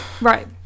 right